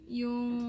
yung